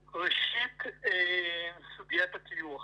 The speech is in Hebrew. ראשית, סוגיית הטיוח.